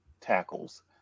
tackles